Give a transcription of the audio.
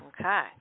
Okay